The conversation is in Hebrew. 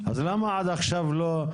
אז למה עד עכשיו לא?